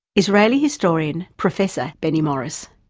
israeli historian, professor benny morris.